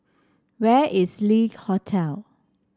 where is Le Hotel